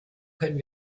können